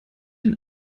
den